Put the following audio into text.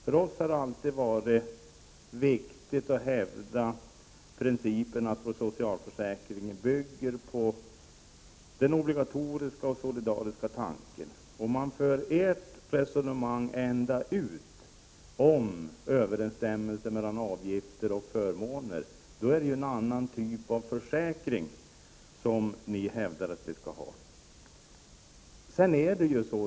För oss har det alltid varit viktigt att hävda principen att socialförsäkringen skall bygga på den obligatoriska och solidariska tanken. Om man fullföljer de borgerliga partiernas resonemang om överensstämmelse mellan avgifter och förmåner, innebär det att de vill att vi skall ha en annan typ av försäkring.